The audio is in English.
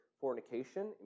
fornication